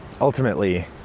ultimately